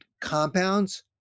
compounds